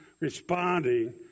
responding